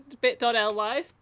bit.ly